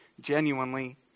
genuinely